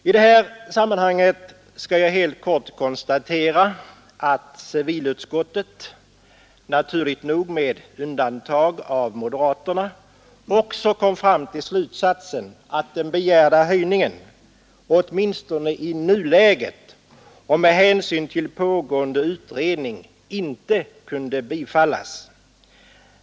I detta sammanhang skall jag helt kort konstatera att civilutskottets ledamöter naturligt nog med undantag av moderaterna — också kom till slutsatsen att den begärda höjningen åtminstone i nuläget och med hänsyn till pågående utredning inte kunde bifallas.